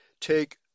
take